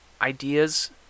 ideas